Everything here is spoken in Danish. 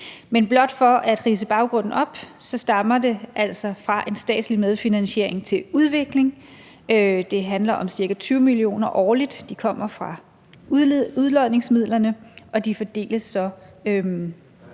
Men blot for at ridse baggrunden op vil jeg sige, at det altså stammer fra en statslig medfinansiering til udvikling. Det handler om ca. 20 mio. kr. årligt, som kommer fra udlodningsmidlerne, og de fordeles så